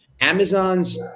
Amazon's